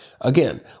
Again